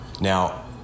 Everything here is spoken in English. Now